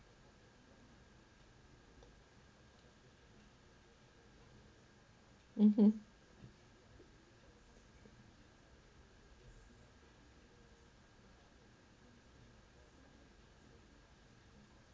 mmhmm